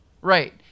Right